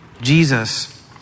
Jesus